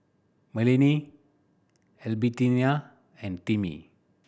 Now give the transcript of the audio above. Merlene Albertina and Timmy